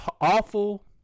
awful